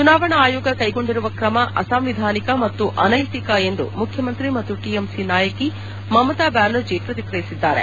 ಚುನಾವಣಾ ಆಯೋಗ ಕೈಗೊಂಡಿರುವ ಕ್ರಮ ಅಸಾಂವಿಧಾನಿಕ ಮತ್ತು ಅನೈತಿಕ ಎಂದು ಮುಖ್ಯಮಂತ್ರಿ ಮತ್ತು ಟಿಎಂಸಿ ನಾಯಕಿ ಮಮತಾ ಬ್ಯಾನರ್ಜಿ ಪ್ರತಿಕ್ರಿಯಿಸಿದ್ದಾರೆ